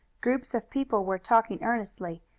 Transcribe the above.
groups of people were talking earnestly,